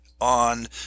on